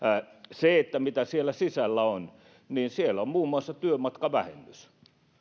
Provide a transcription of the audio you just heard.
se että mitä siellä sisällä on niin siellä on muun muassa työmatkavähennys